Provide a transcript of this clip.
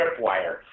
tripwire